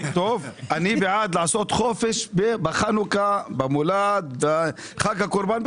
אני בעד לעשות חופש בחנוכה, במולד, בחג הקורבן.